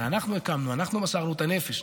הרי אנחנו הקמנו, אנחנו מסרנו את הנפש.